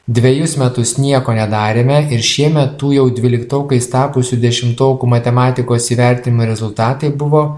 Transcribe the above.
dvejus metus nieko nedarėme ir šiemet tų jau dvyliktokais tapusių dešimtokų matematikos įvertinimų rezultatai buvo